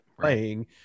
playing